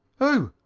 who?